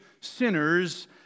sinners